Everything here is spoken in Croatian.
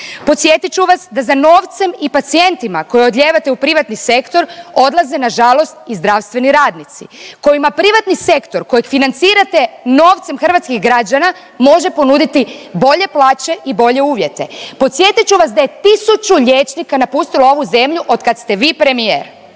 Podsjetit ću vas da za novcem i pacijentima koje odlijevate u privatni sektor odlaze na žalost i zdravstveni radnici kojima privatni sektor kojeg financirate novcem hrvatskih građana može ponuditi bolje plaće i bolje uvjete. Podsjetit ću vas da je 1000 liječnika napustilo ovu zemlju od kad ste vi premijer.